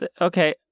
Okay